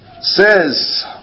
says